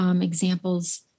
examples